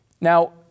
Now